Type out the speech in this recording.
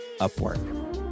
Upwork